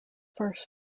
first